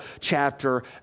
chapter